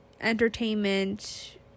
entertainment